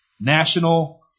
national